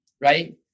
right